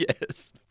Yes